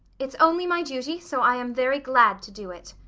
it's only my duty, so i am very glad to do it.